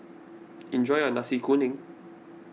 enjoy your Nasi Kuning